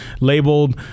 labeled